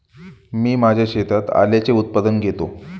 मी माझ्या शेतात आल्याचे उत्पादन घेतो